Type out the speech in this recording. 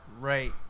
right